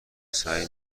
سعی